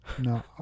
No